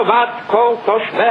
תקוותי